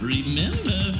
Remember